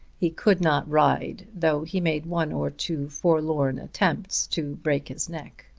he could not ride, though he made one or two forlorn attempts to break his neck.